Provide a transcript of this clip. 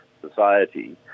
society